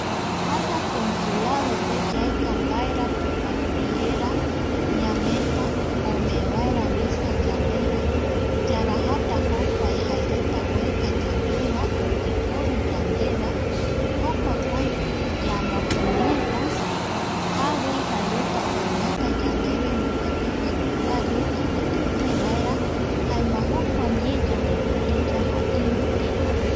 Yajata consuladope yaeka mbaera tupapirera ñamee ta omee vaera visa yandeve yarajata jokua jaereta oeka yandeva o oiporu yandeva jokuako ñamotimieta javoi jaereta omeeta yandeve mopeti formulario ñamotinie vaera jaema jokua ndie yandepuere yaja iru tëtäpe